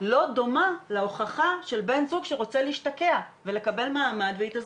לא דומה להוכחה של בן זוג שרוצה להשתקע ולקבל מעמד והתאזרחות.